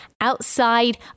outside